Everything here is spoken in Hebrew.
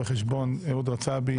רואה חשבון אהוד רצאבי,